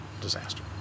disaster